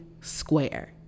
square